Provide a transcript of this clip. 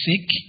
sick